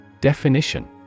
Definition